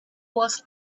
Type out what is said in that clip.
was